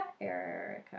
Erica